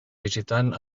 visitant